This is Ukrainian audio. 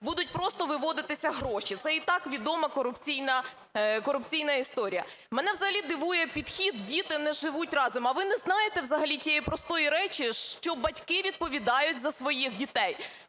будуть просто виводитися гроші? Це і так відома корупційна історія. Мене взагалі дивує підхід "діти не живуть разом". А ви не знаєте взагалі тієї простої речі, що батьки відповідають за своїх дітей?